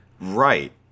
Right